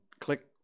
click